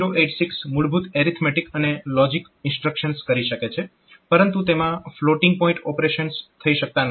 8086 મૂળભૂત એરિથમેટીક અને logic instructions કરી શકે છે પરંતુ તેમાં ફ્લોટીંગ પોઈન્ટ ઓપરેશન્સ થઈ શકતા નથી